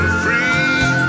free